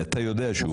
ואתה יודע שהוא חוק רע.